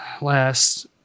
last